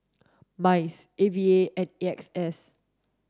MINDS A V A and A X S